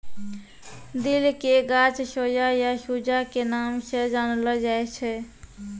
दिल के गाछ सोया या सूजा के नाम स जानलो जाय छै